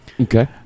Okay